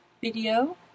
video